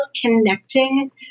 connecting